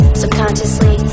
subconsciously